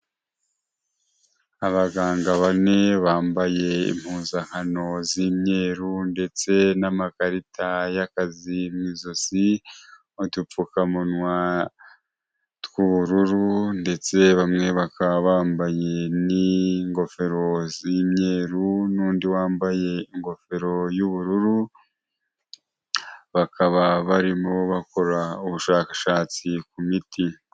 Abaganga bane bambaye impuzankano z'imyeru ndetse n'amakarita y'akazi mu izosi, udupfukamunwa tw'ubururu ndetse bamwe bakaba bambaye n'ingofero z'imyeru n'undi wambaye ingofero y'ubururu, bakaba barimo bakora ubushakashatsi ku miti.